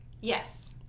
Yes